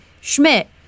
Schmidt